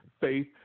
faith